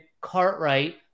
Cartwright